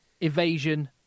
evasion